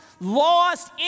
lost